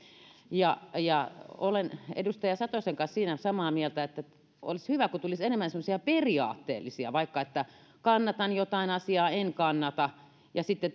olen edustaja satosen kanssa samaa mieltä siinä että olisi hyvä kun tulisi enemmän semmoisia periaatteellisia asioita vaikkapa kannatan jotain asiaa en kannata ja sitten